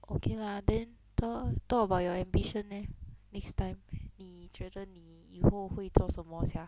okay lah then talk talk about your ambition leh next time 你觉得你以后会做什么 sia